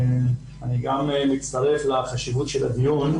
גם אני מצטרף לחשיבות הדיון.